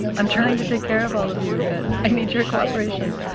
i'm trying to take care of all of you, but i need your cooperation